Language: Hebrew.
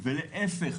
ולהיפך,